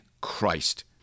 Christ